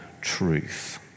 truth